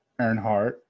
Earnhardt